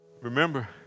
remember